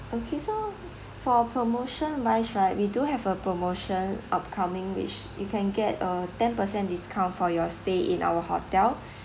okay so for promotion wise right we do have a promotion upcoming which you can get a ten per cent discount for your stay in our hotel